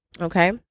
okay